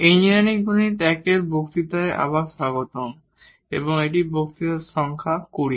engineering গণিত 1 এর বক্তৃতায় আবার স্বাগতম এবং এটি বক্তৃতা সংখ্যা 20